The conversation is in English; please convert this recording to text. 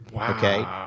okay